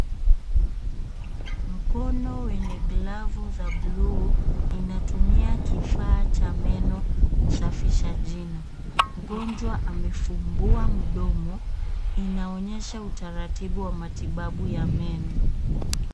Mkono wenye glavu za bluu, inatumia kifaa cha meno kusafisha jino. Mgonjwa amefumbua mdomo, inaonyesha utaratibu wa matibabu ya meno.